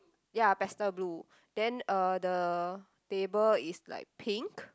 ya pastel blue then uh the table is like pink